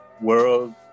world